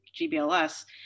GBLS